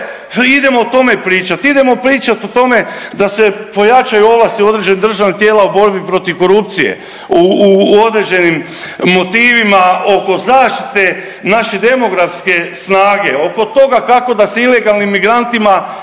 idemo o tome pričati, idemo pričati o tome da se pojačaju ovlasti određenih državnih tijela u borbi protiv korupcije u određenim motivima oko zaštite naše demografske snage, oko toga kako da se ilegalnim imigrantima ne